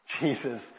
Jesus